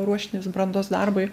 ruoštis brandos darbui